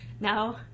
now